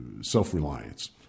self-reliance